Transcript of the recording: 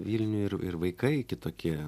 vilniuj ir ir vaikai kitokie